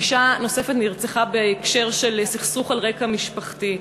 ואישה נוספת נרצחה בהקשר של סכסוך על רקע משפחתי.